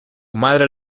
madre